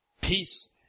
Peace